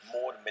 more